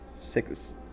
six